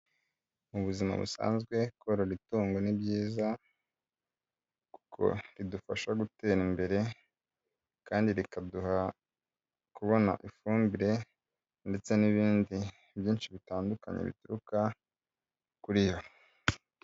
Mu buzima busanzwe korora itungo ni byiza kuko ridufasha gutera imbere kandi rikaduha kubona ifumbire ndetse n'ibindi byinshi bitandukanye bituruka kuri yo.